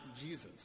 Jesus